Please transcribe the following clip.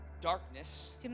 darkness